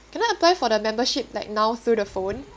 can I apply for the membership like now through the phone